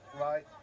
right